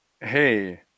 hey